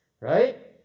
right